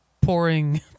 pouring